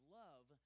love